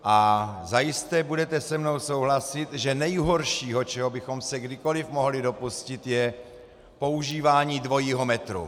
A zajisté budete se mnou souhlasit, že nejhorší, čeho bychom se kdykoliv mohli dopustit, je používání dvojího metru.